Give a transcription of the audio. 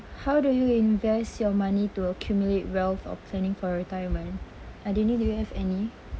how do you invest your money to accumulate wealth or planning for retirement aldini do you have any